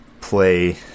play